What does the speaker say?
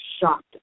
shocked